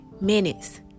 minutes